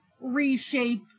reshape